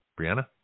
Brianna